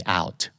out